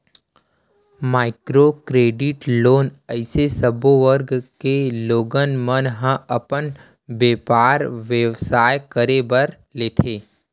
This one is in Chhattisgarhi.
माइक्रो क्रेडिट लोन अइसे सब्बो वर्ग के लोगन मन ह अपन बेपार बेवसाय करे बर लेथे